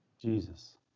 Jesus